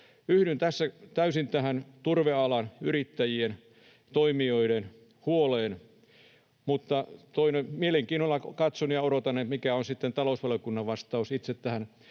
Yhdyn tässä täysin turvealan yrittäjien, toimijoiden huoleen, mutta mielenkiinnolla katson ja odotan, mikä on sitten talousvaliokunnan vastaus itse tähän